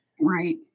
Right